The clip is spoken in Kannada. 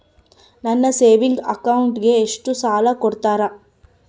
ನನ್ನ ಸೇವಿಂಗ್ ಅಕೌಂಟಿಗೆ ಎಷ್ಟು ಸಾಲ ಕೊಡ್ತಾರ?